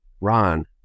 Ron